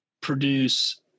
produce